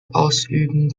ausüben